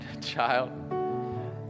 child